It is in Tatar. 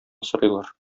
сорыйлар